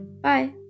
bye